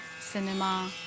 cinema